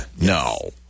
No